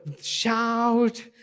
shout